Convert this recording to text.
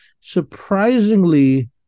surprisingly